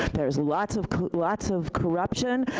there's lots of lots of corruption.